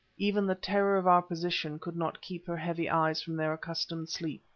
even the terror of our position could not keep her heavy eyes from their accustomed sleep,